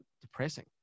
depressing